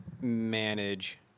manage